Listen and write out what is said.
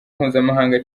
mpuzamahanga